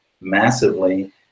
massively